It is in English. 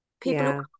People